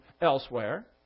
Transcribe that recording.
elsewhere